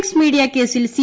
X media കേസിൽ C